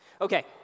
Okay